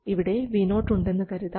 ഇവിടെ Vo ഉണ്ടെന്ന് കരുതാം